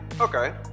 okay